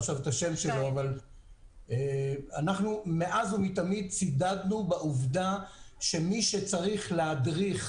צידדנו מאז ומתמיד בעובדה שמי שצריך להדריך